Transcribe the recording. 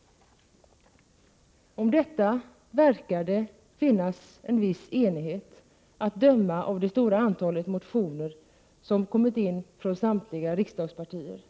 1987/88:41 Om detta verkar det finnas en viss enighet att döma av det stora antalet 9 december 1987 motioner som kommit in från samtliga riksdagspartier. IR